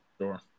sure